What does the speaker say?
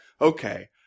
okay